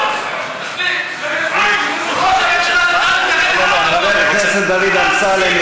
חבר הכנסת דוד אמסלם,